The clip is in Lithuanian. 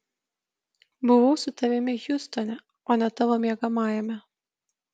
buvau su tavimi hjustone o ne tavo miegamajame